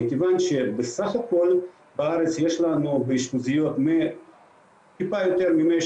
מכיוון שבסך הכול בארץ יש לנו באשפוזיות מעט יותר מ-180